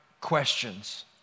questions